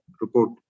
report